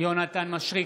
יונתן מישרקי,